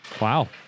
Wow